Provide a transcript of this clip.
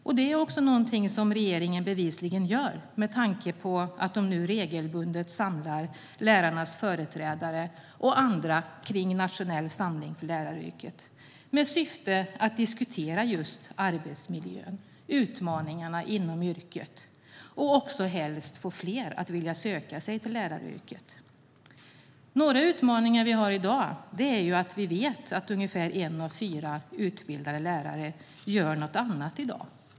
Och det är också något som regeringen bevisligen gör med tanke på att man nu regelbundet samlar lärarnas företrädare och andra kring en nationell samling för läraryrket med syfte att diskutera arbetsmiljön, utmaningarna inom yrket och hur man ska få fler att vilja söka sig till läraryrket. Några utmaningar som vi har är att vi vet att ungefär en av fyra utbildade lärare gör något annat i dag.